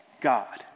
God